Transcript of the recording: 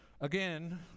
Again